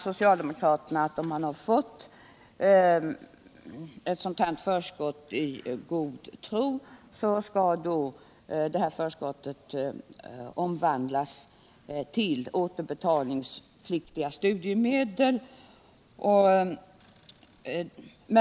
Socialdemokraterna menar att förskott som mottagits i god tro skall kunna omvandlas till återbetalningspliktigt studiemedel.